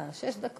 מה הקשר?